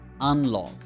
unlock